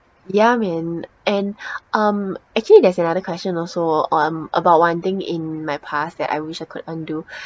ya man and um actually there's another question also um about one thing in my past that I wish I could undo